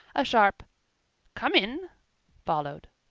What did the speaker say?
a sharp come in followed.